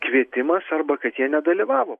kvietimas arba kad jie nedalyvavo